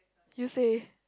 you say